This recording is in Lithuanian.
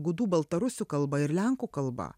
gudų baltarusių kalba ir lenkų kalba